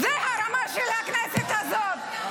זו הרמה של הכנסת הזאת.